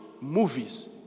movies